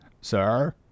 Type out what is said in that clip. Sir